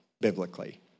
biblically